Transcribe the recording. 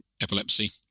epilepsy